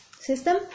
system